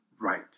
right